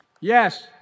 Yes